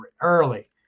early